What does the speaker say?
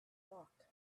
locked